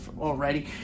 already